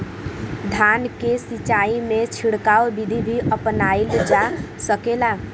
धान के सिचाई में छिड़काव बिधि भी अपनाइल जा सकेला?